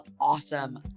awesome